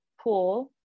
pool